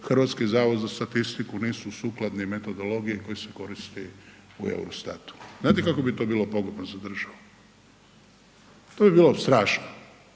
Hrvatski zavod za statistiku nisu sukladni metodologiji koja se koristi u Eurostatu. Znate kako bi to bilo pogubno za državu? To bi bilo strašno